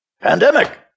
Pandemic